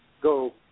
go